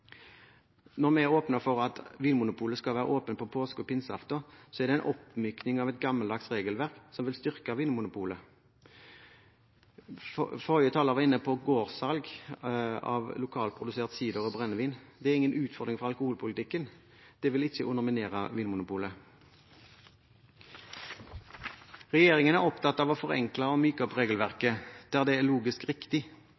Når vi åpner for at Vinmonopolet skal være åpent på påske- og pinseaften, er det en oppmykning av et gammeldags regelverk, som vil styrke Vinmonopolet. Forrige taler var inne på gårdssalg av lokalprodusert sider og brennevin. Det er ingen utfordring for alkoholpolitikken. Det vil ikke underminere Vinmonopolet. Regjeringen er opptatt av å forenkle og myke opp regelverket der det er logisk riktig.